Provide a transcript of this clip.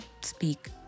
speak